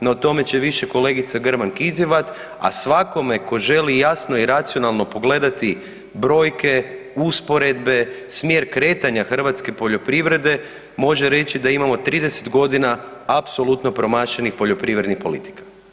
No o tome će više kolegica Grman Kizivat, a svakome tko želi jasno i racionalno pogledati brojke, usporedbe, smjer kretanja hrvatske poljoprivrede može reći da imamo 30 godina apsolutno promašenih poljoprivrednih politika.